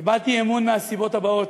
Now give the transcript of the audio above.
איבדתי אמון מהסיבות הבאות: